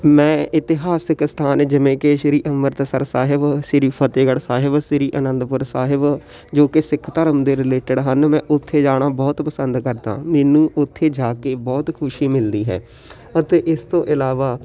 ਮੈਂ ਇਤਿਹਾਸਕ ਸਥਾਨ ਜਿਵੇਂ ਕਿ ਸ਼੍ਰੀ ਅੰਮ੍ਰਿਤਸਰ ਸਾਹਿਬ ਸ੍ਰੀ ਫਤਿਹਗੜ੍ਹ ਸਾਹਿਬ ਸ੍ਰੀ ਅਨੰਦਪੁਰ ਸਾਹਿਬ ਜੋ ਕਿ ਸਿੱਖ ਧਰਮ ਦੇ ਰਿਲੇਟਡ ਹਨ ਮੈਂ ਉੱਥੇ ਜਾਣਾ ਬਹੁਤ ਪਸੰਦ ਕਰਦਾ ਮੈਨੂੰ ਉੱਥੇ ਜਾ ਕੇ ਬਹੁਤ ਖੁਸ਼ੀ ਮਿਲਦੀ ਹੈ ਅਤੇ ਇਸ ਤੋਂ ਇਲਾਵਾ